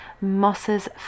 mosses